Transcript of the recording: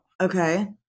Okay